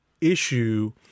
issue